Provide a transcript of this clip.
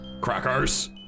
crackers